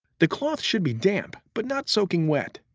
the cloth should be damp but not soaking wet.